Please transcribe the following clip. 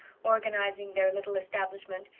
organizing their little establishment,